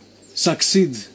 succeed